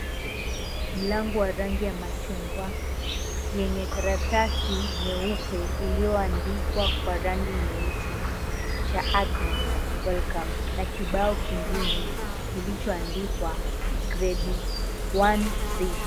Mwanamme aliyevalia suti nyeusi na shati leupe upande wa ndani anaetabasamu nywele kichwani mkono kuekeza kwa gari jeusi lenye dirisha moja wazi lengine likiwa limefungwa kando gari jeupe vioo upande wa kushoto.